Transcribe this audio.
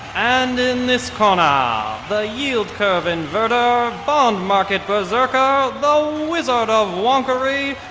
and in this corner, ah the yield curve inverter, bond market berserker, the wizard of wonkery,